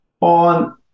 on